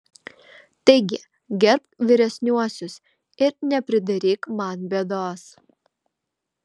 taigi gerbk vyresniuosius ir nepridaryk man bėdos